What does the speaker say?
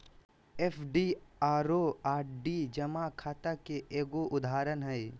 FD आरो RD जमा खाता के एगो उदाहरण हय